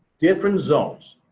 different zones.